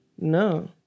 No